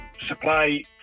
supply